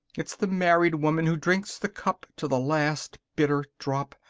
it's the married woman who drinks the cup to the last, bitter drop.